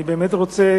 אני באמת רוצה